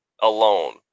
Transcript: alone